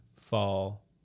fall